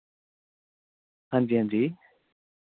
हां जी हां जी